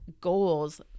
goals